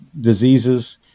diseases